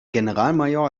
generalmajor